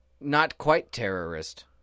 not-quite-terrorist